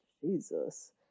jesus